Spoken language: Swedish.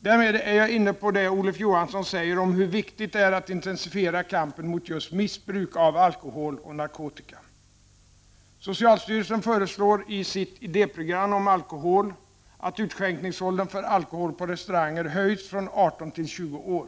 Därmed är jag inne på det Olof Johansson säger om hur viktigt det är att intensifiera kampen mot just missbruk av alkohol och narkotika. Socialstyrelsen föreslår i sitt idéprogram om alkohol att utskänkningsåldern för alkohol på restauranger höjs från 18 till 20 år.